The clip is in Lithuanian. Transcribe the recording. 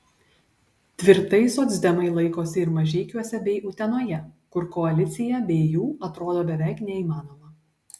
tvirtai socdemai laikosi ir mažeikiuose bei utenoje kur koalicija be jų atrodo beveik neįmanoma